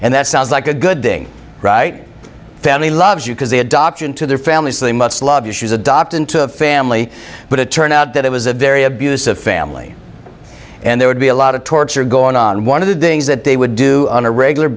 and that sounds like a good thing right family loves you because the adoption to their families they must love you she's adopted into a family but it turned out that it was a very abusive family and there would be a lot of torture going on one of the things that they would do on a regular